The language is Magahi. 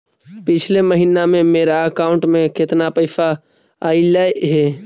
पिछले महिना में मेरा अकाउंट में केतना पैसा अइलेय हे?